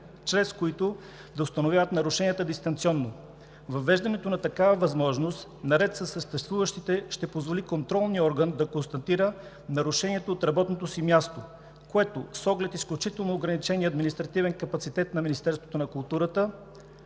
чрез които да установяват нарушенията дистанционно. Въвеждането на такава възможност наред със съществуващите ще позволи контролният орган да констатира нарушението от работното си място, което с оглед изключително ограничения административен капацитет на Министерството на културата